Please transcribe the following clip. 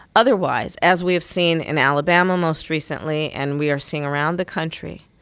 otherwise as we have seen in alabama most recently and we are seeing around the country,